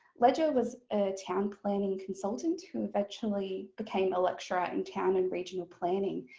ledger was a town planning consultant who eventually became a lecturer in town and regional planning.